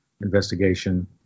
investigation